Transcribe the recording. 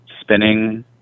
spinning